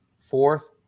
Fourth